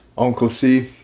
uncle c,